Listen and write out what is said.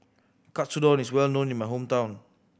katsudon is well known in my hometown